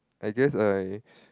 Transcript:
I guess I